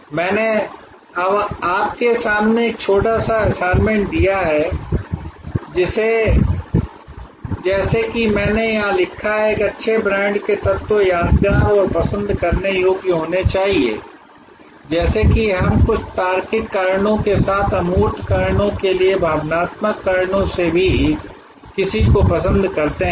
मैंने अब आपके सामने एक छोटा सा असाइनमेंट दिया है जैसे कि मैंने यहां लिखा है कि एक अच्छे ब्रांड के तत्व यादगार और पसंद करने योग्य होने चाहिए जैसे कि हम कुछ तार्किक कारणों के साथ साथ अमूर्त कारणों के लिए भावनात्मक कारणों से भी किसी को पसंद करते हैं